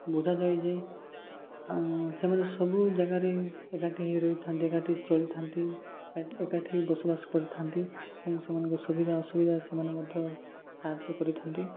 ବୁଝାଯାଏ ଯେ ସେମାନେ ସବୁ ଜାଗାରେ ଏକାଠି ହୋଇ ରହିଥାନ୍ତି ଏକାଠି ଚଳିଥାନ୍ତି ଏକାଠି ବସବାସ କରିଥାନ୍ତି ଏବଂ ସେମାନଙ୍କ ସୁବିଧା ଅସୁବିଧା ସେମାନେ ମଧ୍ୟ ସାହାଯ୍ୟ କରିଥାନ୍ତି